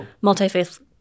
multi-faith